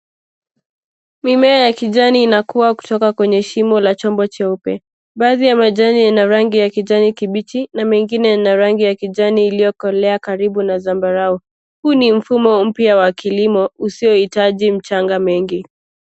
Mimea ya kijani inakuwa kutoka kwenye shimo la chombo cheupe. Baadhi ya majani ina rangi ya kijani kibichi na mengine ina rangi ya kijani iliyokolea karibu na zambarau. Huu ni mfumo mpya wa kilimo usio hitaji mchanga mengi.